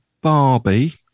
Barbie